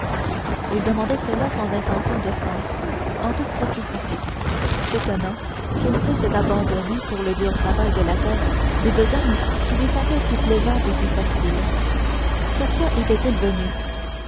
il demandait cela sans intention d'offense en toute simplicité s'étonnant qu'ils eussent abandonné pour le dur travail de la terre des besognes qui lui semblaient si plaisantes et si faciles pourquoi ils étaient venus